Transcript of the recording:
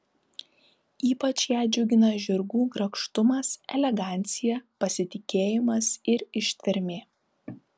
ypač ją džiugina žirgų grakštumas elegancija pasitikėjimas ir ištvermė